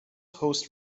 host